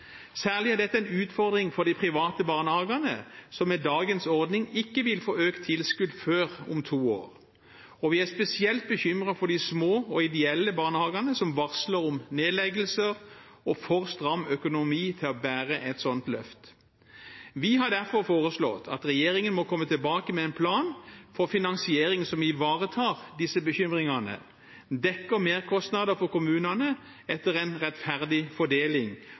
Særlig er dette en utfordring for de private barnehagene, som med dagens ordning ikke vil få økt tilskudd før om to år. Vi er spesielt bekymret for de små og ideelle barnehagene, som varsler om nedleggelser og for stram økonomi til å bære et sånt løft. Vi har derfor foreslått at regjeringen må komme tilbake med en plan for finansiering som ivaretar disse bekymringene og dekker merkostnader for kommunene etter en rettferdig fordeling